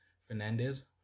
Fernandez